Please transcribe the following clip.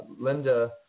Linda